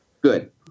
Good